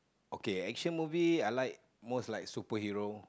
okay action movie I like most like superhero